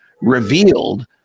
revealed